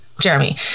jeremy